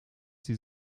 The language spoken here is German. sie